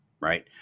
right